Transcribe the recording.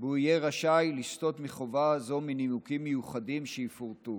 והוא יהיה רשאי לסטות מחובה זו מנימוקים מיוחדים שיפורטו.